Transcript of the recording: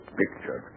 picture